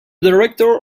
director